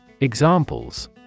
Examples